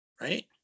right